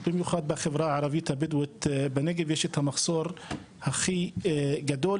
במיוחד בחברה הערבית הבדואית בנגב יש את המחסור הכי גדול,